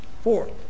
Four